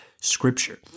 scripture